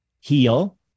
heal